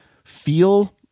Feel